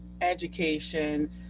education